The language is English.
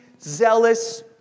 zealous